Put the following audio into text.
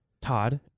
Todd